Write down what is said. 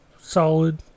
solid